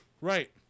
Right